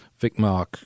Vicmark